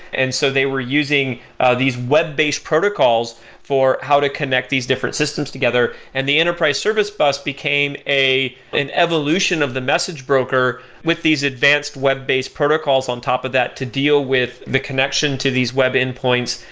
and so they were using ah these web-based protocols for how to connect these different systems together, and the enterprise service bus became an evolution of the message broker with these advanced web-based protocols on top of that to deal with the connection to these web endpoints,